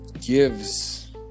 gives